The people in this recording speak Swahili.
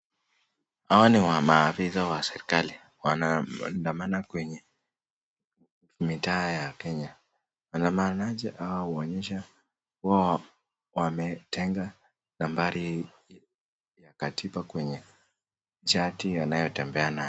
Hawa ni maafisa wa serikali wanaandamana kwenye mitaa ya Kenya. Wanaandamanaje hawa kuonyesha kuwa wametenga nambari ya katiba kwenye chati anayotembea nao.